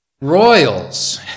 royals